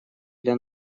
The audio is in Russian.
для